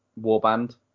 warband